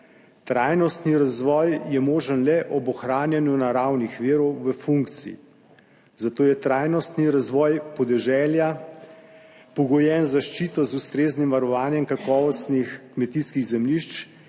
Trajnostni razvoj je možen le ob ohranjanju naravnih virov v funkciji, zato je trajnostni razvoj podeželja pogojen z zaščito, z ustreznim varovanjem kakovostnih kmetijskih zemljišč